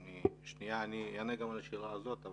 אני אענה גם על השאלה הזאת,